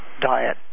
diet